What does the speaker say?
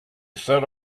set